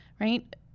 right